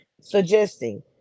suggesting